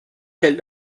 hält